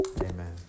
Amen